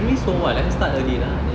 I mean so what let her start early lah